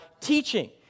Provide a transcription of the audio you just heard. teaching